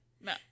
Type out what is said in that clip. no